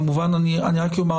אני רק אומר,